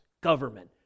government